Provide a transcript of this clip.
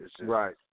Right